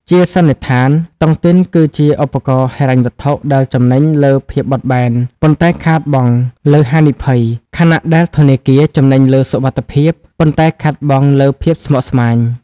ជាសន្និដ្ឋាន តុងទីនគឺជាឧបករណ៍ហិរញ្ញវត្ថុដែលចំណេញលើ "ភាពបត់បែន" ប៉ុន្តែខាតបង់លើ "ហានិភ័យ" ខណៈដែលធនាគារចំណេញលើ "សុវត្ថិភាព" ប៉ុន្តែខាតបង់លើ "ភាពស្មុគស្មាញ"។